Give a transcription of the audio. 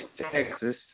Texas